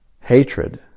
Hatred